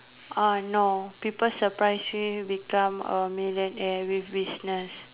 oh no people surprise me with becoming a millionaire with business